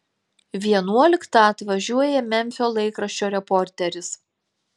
vienuoliktą atvažiuoja memfio laikraščio reporteris